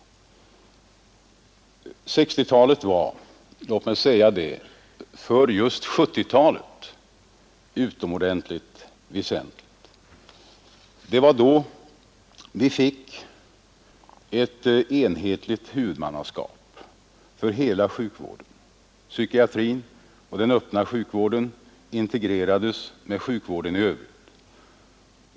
Jag vill då säga att 1960-talet var utomordentligt väsentligt just för 1970-talet. Det var nämligen då som vi fick ett enhetligt huvudmannaskap för hela sjukvården; psykiatrin och den öppna sjukvården integrerades då med sjukvården i övrigt.